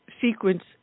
sequence